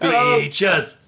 Features